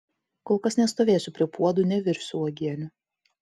kol kas nestovėsiu prie puodų nevirsiu uogienių